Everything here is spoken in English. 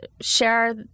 share